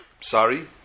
Sorry